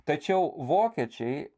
tačiau vokiečiai